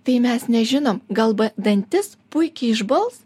tai mes nežinom gal ba dantis puikiai išbals